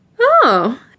Oh